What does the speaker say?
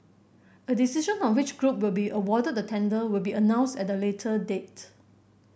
a decision on which group will be awarded the tender will be announced at a later date